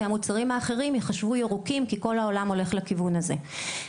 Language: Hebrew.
כי המוצרים האחרים ייחשבו ירוקים כי כל העולם הולך לכיוון הזה.